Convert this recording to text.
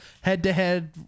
head-to-head